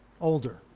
older